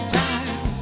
time